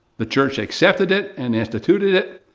the church accepted it, and instituted it,